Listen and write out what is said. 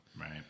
Right